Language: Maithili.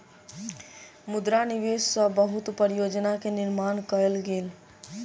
मुद्रा निवेश सॅ बहुत परियोजना के निर्माण कयल गेल